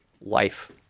life